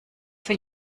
für